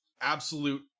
absolute